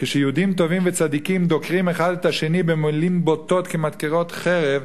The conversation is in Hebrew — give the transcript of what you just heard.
כשיהודים טובים וצדיקים דוקרים אחד את השני במלים בוטות כמדקרות חרב,